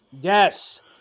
yes